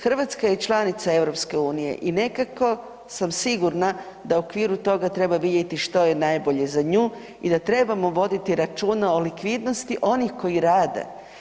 Hrvatska je članica EU i nekako sam sigurna da u okviru toga treba vidjeti što je najbolje za nju i da trebamo voditi računa o likvidnosti onih koji rade.